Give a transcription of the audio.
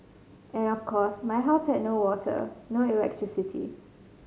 and of course my house had no water no electricity